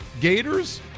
gators